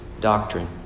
doctrine